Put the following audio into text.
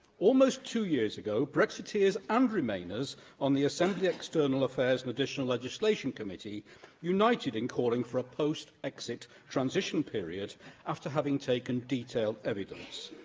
almost two years ago, brexiteers and remainers on the assembly external affairs and additional legislation committee united in calling for a post-exit transition period after having taken detailed evidence.